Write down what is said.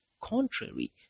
contrary